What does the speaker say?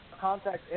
contact